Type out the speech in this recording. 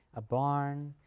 a barn,